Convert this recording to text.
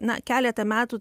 na keletą metų